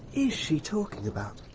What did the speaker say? is she talking about?